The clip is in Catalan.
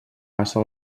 passa